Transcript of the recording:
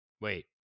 Wait